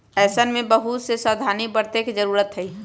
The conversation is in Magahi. ऐसन में बहुत से सावधानी बरते के जरूरत हई